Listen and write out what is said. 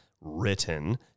written